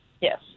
Yes